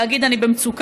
להגיד: אני במצוקה,